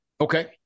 okay